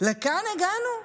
לכאן הגענו?